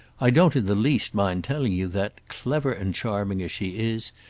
i don't in the least mind telling you that, clever and charming as she is,